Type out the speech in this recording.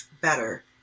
better